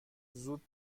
زود